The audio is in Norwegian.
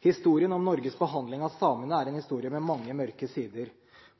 Historien om Norges behandling av samene er en historie med mange mørke sider.